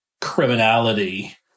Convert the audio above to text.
criminality